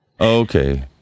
Okay